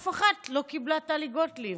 אף אחת לא קיבלה טלי גוטליב.